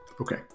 okay